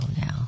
now